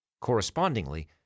Correspondingly